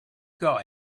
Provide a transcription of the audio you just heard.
got